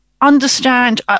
understand